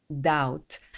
doubt